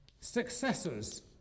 successors